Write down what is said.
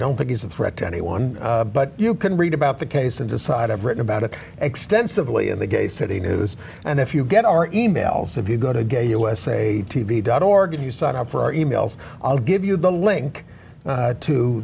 don't think he's a threat to anyone but you can read about the case and decide i've written about it extensively in the gay city news and if you get our e mails if you go to gave us a t v dot org and you sign up for our e mails i'll give you the link to